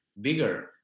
bigger